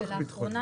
קארה,